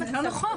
זה לא נכון.